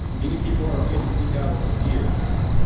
many people are afraid to speak out over fears,